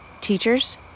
teachers